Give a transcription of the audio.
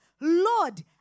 Lord